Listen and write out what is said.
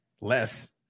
less